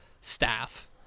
staff